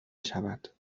شود